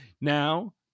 Now